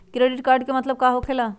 Credit card के मतलब का होकेला?